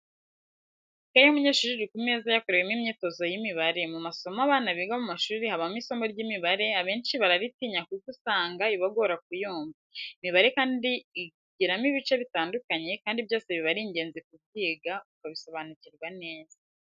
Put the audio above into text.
Ikaye y'umunyeshuri iri ku meza yakoreyemo imyitozo y'imibare mu masomo abana biga mu mashuri habamo isomo ry'imibare abanshi bararitinya kuko usanga ibagora kuyumva, imibare kandi igiramo ibice bitandukanye kandi byose biba ari ingenzi kubyiga ukabisobanukirwa neza.